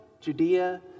Judea